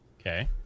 Okay